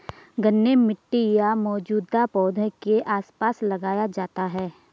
नंगे मिट्टी या मौजूदा पौधों के आसपास लगाया जाता है